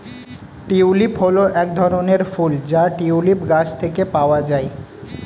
tulip হল এক ধরনের ফুল যা টিউলিপ গাছ থেকে পাওয়া যায়